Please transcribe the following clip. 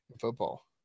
football